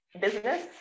business